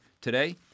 today